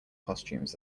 costumes